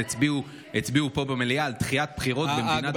הצביעו פה במליאה על דחיית בחירות במדינה דמוקרטית.